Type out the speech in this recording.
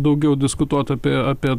daugiau diskutuot apie apie